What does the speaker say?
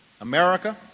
America